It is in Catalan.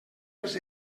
els